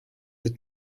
the